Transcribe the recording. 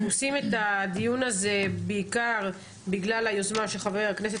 אנחנו עושים את הדיון הזה בעיקר בגלל היוזמה של חבר הכנסת,